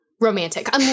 romantic